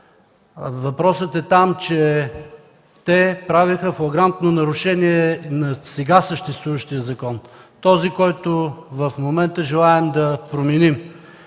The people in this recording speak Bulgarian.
Въпросът е, че те правиха флагрантно нарушение на сега съществуващия закон – този, който в момента желаем да променим.